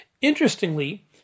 Interestingly